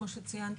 כמו שציינת,